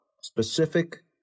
specific